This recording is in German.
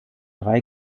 drei